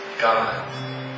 God